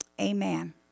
Amen